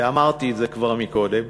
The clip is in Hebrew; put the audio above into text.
ואמרתי את זה כבר קודם,